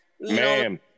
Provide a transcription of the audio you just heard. Ma'am